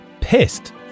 pissed